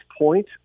point